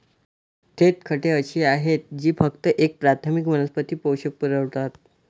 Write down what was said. थेट खते अशी आहेत जी फक्त एक प्राथमिक वनस्पती पोषक पुरवतात